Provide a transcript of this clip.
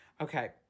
Okay